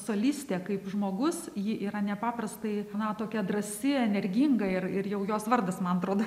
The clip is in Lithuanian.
solistė kaip žmogus ji yra nepaprastai na tokia drąsi energinga ir ir jau jos vardas man atrodo